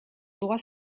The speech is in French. droit